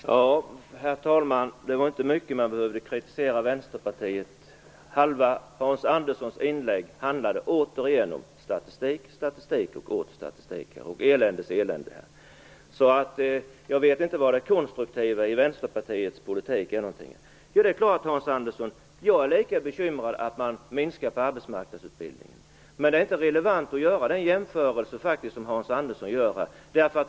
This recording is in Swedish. Herr talman! Det var inte mycket man behövde kritisera Vänsterpartiet för. Halva Hans Anderssons inlägg handlade återigen om statistik, statistik och åter statistik och eländes elände. Jag vet inte vad det konstruktiva i Vänsterpartiets politik är. Det är klart att jag är lika bekymrad över att man minskar på arbetsmarknadsutbildningen, Hans Andersson. Men det är inte relevant att göra den jämförelse som Hans Andersson här gör.